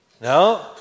No